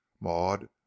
Maud